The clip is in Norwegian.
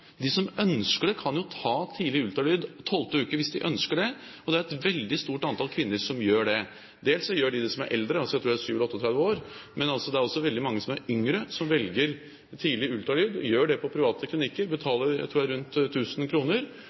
De som ønsker det, kan ta tidlig ultralyd i 12. uke. Det er et veldig stort antall kvinner som gjør det. Dels gjør de det, de som er eldre, 37–38 år, men det er også veldig mange yngre som velger tidlig ultralyd, gjør dette på private klinikker og betaler, tror jeg, rundt